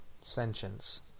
sentience